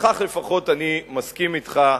בכך לפחות אני מסכים אתך,